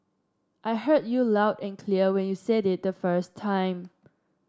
I heard you loud and clear when you said it the first time